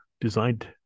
designed